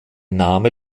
name